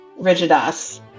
Rigidas